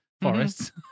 forests